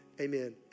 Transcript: amen